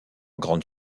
grande